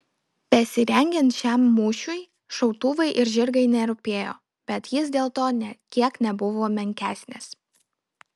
besirengiant šiam mūšiui šautuvai ir žirgai nerūpėjo bet jis dėl to nė kiek nebuvo menkesnis